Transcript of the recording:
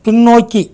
பின்னோக்கி